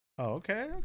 Okay